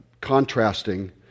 contrasting